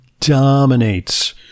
dominates